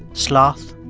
sloth,